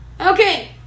Okay